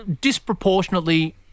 disproportionately